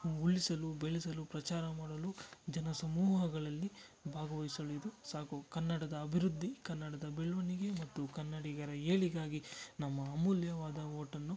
ಉಳಿಸಲು ಬೆಳೆಸಲು ಪ್ರಚಾರ ಮಾಡಲು ಜನ ಸಮೂಹಗಳಲ್ಲಿ ಭಾಗವಹಿಸಲು ಇದು ಸಾಕು ಕನ್ನಡದ ಅಭಿವೃದ್ಧಿ ಕನ್ನಡದ ಬೆಳವಣಿಗೆ ಮತ್ತು ಕನ್ನಡಿಗರ ಏಳಿಗೆಗಾಗಿ ನಮ್ಮ ಅಮೂಲ್ಯವಾದ ವೋಟನ್ನು